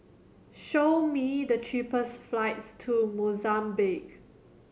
show me the cheapest flights to Mozambique